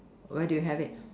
where do you have it